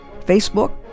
Facebook